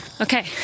Okay